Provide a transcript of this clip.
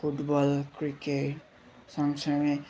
football cricket सँगसँगै